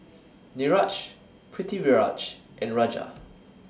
Niraj Pritiviraj and Raja